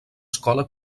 escola